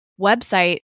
website